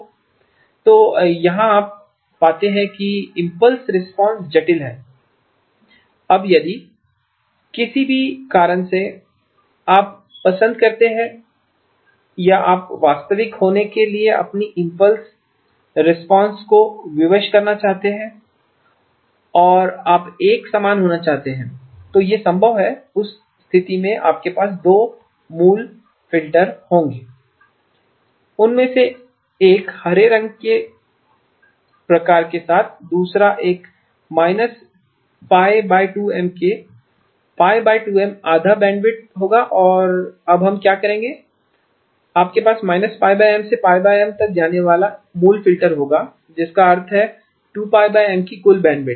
तो यहाँ आप पाते हैं कि इम्पल्स रिस्पांस जटिल है अब यदि किसी भी कारण से आप पसंद करते हैं या आप वास्तविक होने के लिए अपनी इम्पल्स रिस्पांस को विवश करना चाहते हैं और आप एक समान होना चाहते हैं तो यह संभव है उस स्थिति में आपके पास 2 मूल फ़िल्टर होंगे उनमें से एक हरे रंग के प्रकार के साथ दूसरा एक π2M से π2M आधा बैंडविड्थ होगा और अब हम क्या करेंगे आपके पास πM से πM तक जाने वाला मूल फ़िल्टर होगा जिसका अर्थ है 2πM की कुल बैंडविड्थ